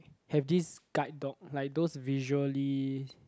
have this guide dog like those visually